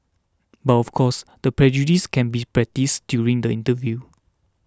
but of course the prejudice can be produce during the interview